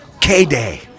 k-day